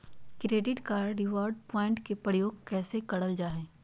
Credit card reward point के प्रयोग कैसे करल जा है?